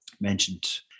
mentioned